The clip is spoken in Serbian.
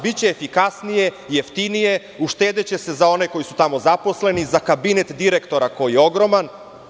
Biće i kasnije, jeftinije, uštedeće se za one koji su tamo zaposleni, za kabinet direktora koji je ogroman.